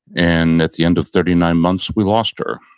and at the end of thirty nine months, we lost her.